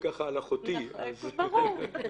מהלשכה המשפטית ברשות האוכלוסין.